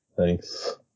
Thanks